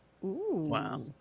Wow